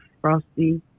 Frosty